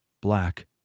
Black